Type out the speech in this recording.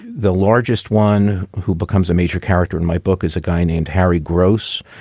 the largest one who becomes a major character in my book is a guy named harry gross,